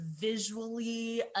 visually